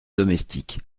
domestique